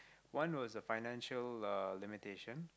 one was the financial uh limitation